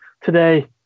today